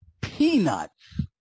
peanuts